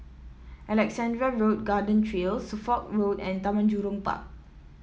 Alexandra Road Garden Trail Suffolk Road and Taman Jurong Park